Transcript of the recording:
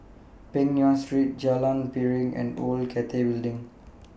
Peng Nguan Street Jalan Piring and Old Cathay Building